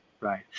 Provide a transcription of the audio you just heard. Right